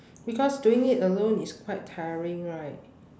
because doing it alone is quite tiring right